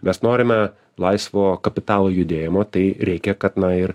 mes norime laisvo kapitalo judėjimo tai reikia kad na ir